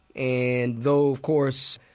and though, of course,